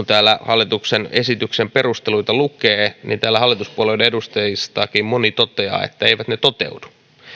täällä hallituksen perusteluita lukee täällä hallituspuolueiden edustajistakin moni toteaa että eivät ne toteudu